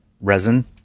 resin